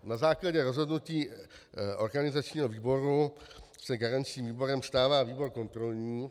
Na základě rozhodnutí organizačního výboru se garančním výborem stává výbor kontrolní.